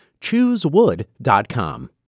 Choosewood.com